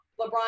LeBron